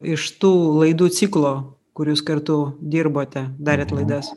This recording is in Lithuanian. iš tų laidų ciklo kur jūs kartu dirbote darėt laidas